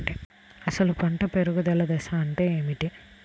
అసలు పంట పెరుగుదల దశ అంటే ఏమిటి?